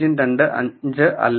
025 അല്ലെങ്കിൽ